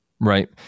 Right